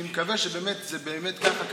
אני מקווה שזה באמת ככה.